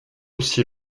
aussi